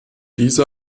diese